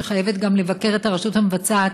שחייבת גם לבקר את הרשות המבצעת,